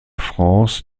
france